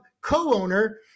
co-owner